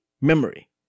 Memory